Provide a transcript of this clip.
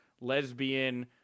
lesbian